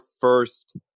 first